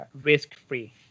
risk-free